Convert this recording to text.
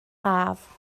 haf